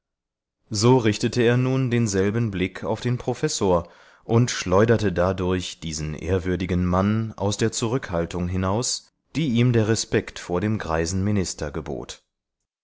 so richtete er nun denselben blick auf den professor und schleuderte dadurch diesen ehrwürdigen mann aus der zurückhaltung hinaus die ihm der respekt vor dem greisen minister gebot